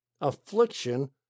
affliction